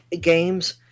games